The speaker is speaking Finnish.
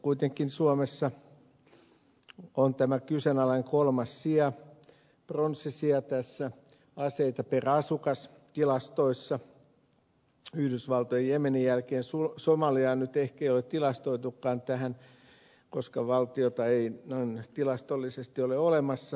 kuitenkin suomessa on tämä kyseenalainen kolmas sija pronssisija aseita per asukas tilastoissa yhdysvaltojen ja jemenin jälkeen somaliaa ehkä ei ole tilastoitukaan koska valtiota ei noin tilastollisesti ole olemassa